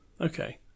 Okay